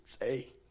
say